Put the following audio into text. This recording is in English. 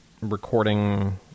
recording